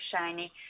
shiny